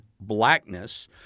blackness